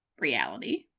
reality